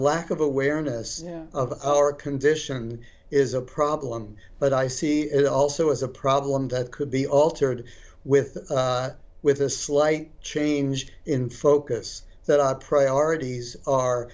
lack of awareness of our condition is a problem but i see it also as a problem that could be altered with with a slight change in focus that our priorities are